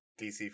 DC